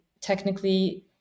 technically